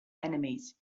enemies